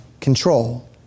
control